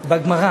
בגמרא,